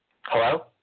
Hello